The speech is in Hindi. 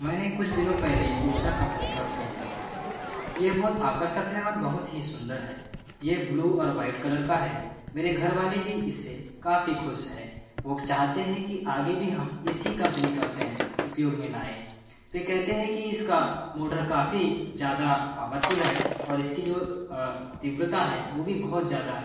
मैंने कुछ दिनों पहले उषा कंपनी का फ़ैन लिया यह बहुत आकर्षक है और बहुत ही सुंदर है ये ब्लू और वाइट कलर का है मेरे घर वाले भी इससे काफ़ी खुश हैं वो चाहते हैं कि आगे भी हम इसी कंपनी का फ़ैन उपयोग में लाए वे कहते हैं कि इसका मोटर काफ़ी ज़्यादा पॉवरफ़ुल है और इसकी जो तीव्रता है वो भी बहुत ज़्यादा है